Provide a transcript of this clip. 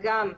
וגם